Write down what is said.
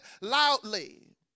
loudly